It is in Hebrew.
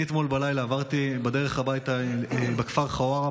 אני אתמול בלילה עברתי בדרך הביתה בכפר חווארה